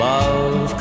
Love